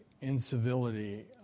incivility